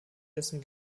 dessen